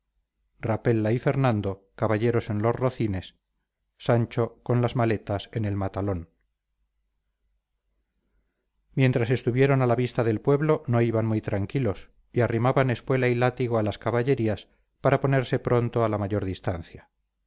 rapella y fernando caballeros en los rocines sancho con las maletas en el matalón mientras estuvieron a la vista del pueblo no iban muy tranquilos y arrimaban espuela y látigo a las caballerías para ponerse pronto a la mayor distancia